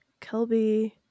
Kelby